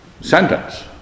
sentence